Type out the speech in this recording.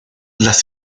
las